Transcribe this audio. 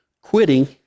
Quitting